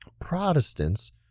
Protestants